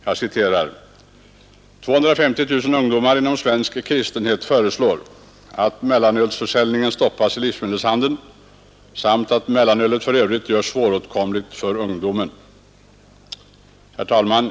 Jag citerar: 250 000 ungdomar inom svensk kristenhet föreslår att mellanölsförsäljningen stoppas i livsmedelshandeln samt att mellanölet för övrigt görs svåråtkomligt för ungdom.” Herr talman!